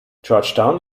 georgetown